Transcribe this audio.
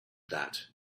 that